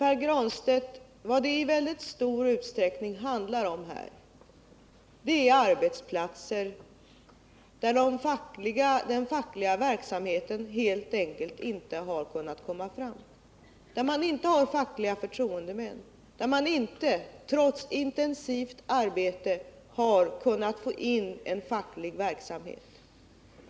Men vad det i mycket stor utsträckning här handlar om, Pär Granstedt, är arbetsplatser, där den fackliga verksamheten helt enkelt inte har kunnat komma fram, där man inte har fackliga förtroendemän, där man inte trots intensivt arbete har kunnat få in en facklig verksamhet.